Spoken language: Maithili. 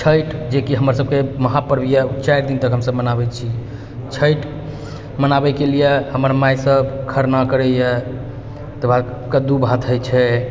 छठि जे कि हमरा सभक महापर्व यऽ चारि दिन तक हमसभ मनाबै छी छठि मनाबै कऽ लियऽ हमर माइ सभ खरना करैए तकर बाद कद्दू भात होइ छै